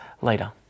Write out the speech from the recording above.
later